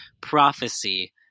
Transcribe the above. prophecy